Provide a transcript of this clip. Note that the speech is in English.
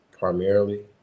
primarily